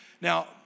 Now